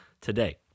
today